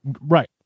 Right